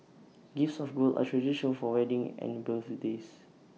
gifts of gold are traditional for weddings and birthday